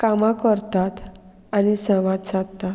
कामां करतात आनी संवाद सादतात